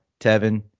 Tevin